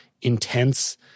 intense